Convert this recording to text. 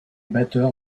batteur